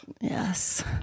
Yes